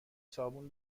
صابون